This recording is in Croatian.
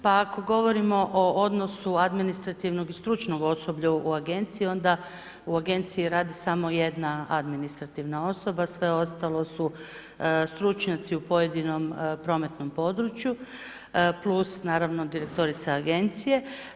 Pa ako govorimo o odnosu administrativnog i stručnog osoblja u agenciji onda u agenciji radi samo jedna administrativna osoba, sve ostalo su stručnjaci u pojedinom prometnom području plus naravno direktorica agencije.